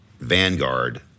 vanguard